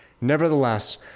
Nevertheless